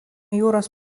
jūros